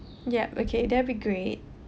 yup okay that'll be great